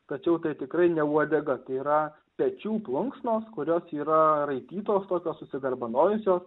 tačiau tai tikrai ne uodega tai yra pečių plunksnos kurios yra raitytos tokios susigarbanojusios